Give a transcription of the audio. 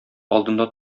алдында